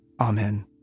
Amen